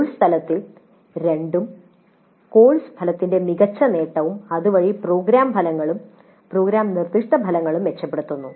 course തലത്തിൽ രണ്ടും course ഫലത്തിന്റെ മികച്ച നേട്ടവും അതുവഴി പ്രോഗ്രാം ഫലങ്ങളും പ്രോഗ്രാം നിർദ്ദിഷ്ട ഫലങ്ങളും മെച്ചപ്പെടുത്തുന്നു